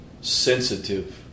sensitive